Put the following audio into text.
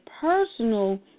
personal